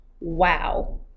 wow